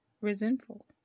resentful